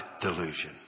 Delusion